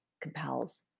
compels